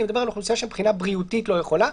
אני מדבר על אוכלוסייה שמבחינה בריאותית לא יכולה.